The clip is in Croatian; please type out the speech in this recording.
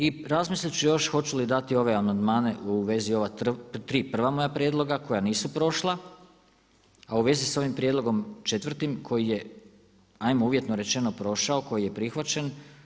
I razmislit ću još hoću li dati ove amandmane u vezi ova tri prva moja prijedloga koja nisu prošla, a u vezi sa ovim prijedlogom četvrtim koji je hajmo uvjetno rečeno prošao, koji je prihvaćen.